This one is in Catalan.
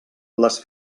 les